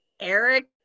Eric